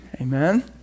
Amen